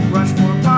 Rushmore